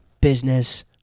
business